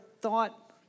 thought